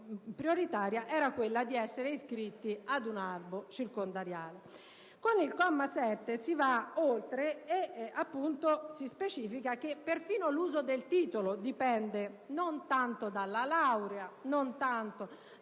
la condizione prioritaria era quella di essere iscritti ad un albo circondariale. Con il comma 7 si va oltre e si specifica che perfino l'uso del titolo dipende non tanto dalla laurea, dal